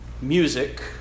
music